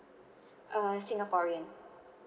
uh singaporean